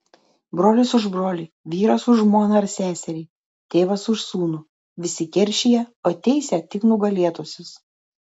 brolis už brolį vyras už žmoną ar seserį tėvas už sūnų visi keršija o teisia tik nugalėtuosius